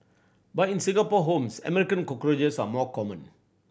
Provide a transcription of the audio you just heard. but in Singapore homes American cockroaches are more common